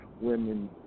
women